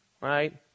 right